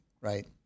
right